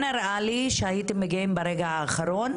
נראה לי שהייתם מגיעים ברגע האחרון,